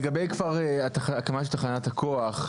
לגבי הקמה של תחנת הכוח.